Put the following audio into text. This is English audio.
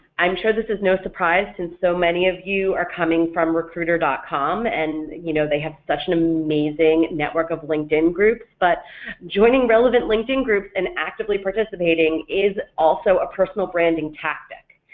i'm sure this is no surprise since so many of you are coming from recruiter dot com and you know they have such an amazing network of linkedin groups, but joining relevant linkedin groups and actively participating is also a personal branding tactic.